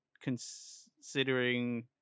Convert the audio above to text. considering